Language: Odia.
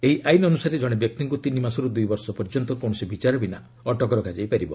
ଏହି ଆଇନ୍ ଅନୁସାରେ ଜଣେ ବ୍ୟକ୍ତିଙ୍କୁ ତିନି ମାସରୁ ଦୁଇ ବର୍ଷ ପର୍ଯ୍ୟନ୍ତ କୌଣସି ବିଚାର ବିନା ଅଟକ ରଖାଯାଇ ପାରିବ